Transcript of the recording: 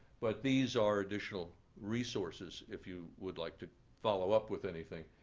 but these are additional resources if you would like to follow up with anything.